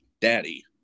Daddy